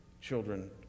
children